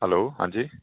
hello ਹਾਂਜੀ